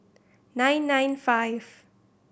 nine nine five